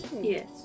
Yes